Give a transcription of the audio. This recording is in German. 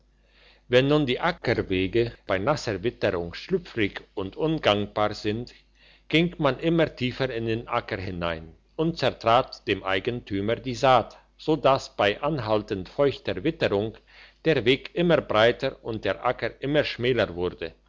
wenn nun die ackerwege bei nasser witterung schlüpfrig und ungangbar sind ging man immer tiefer in den acker hinein und zertrat dem eigentümer die saat so dass bei anhaltend feuchter witterung der weg immer breiter und der acker immer schmäler wurde